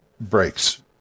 breaks